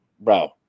bro